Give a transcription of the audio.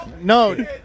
No